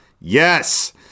yes